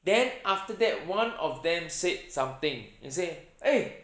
then after that one of them said something and say !hey!